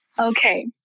okay